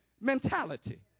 mentality